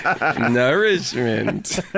Nourishment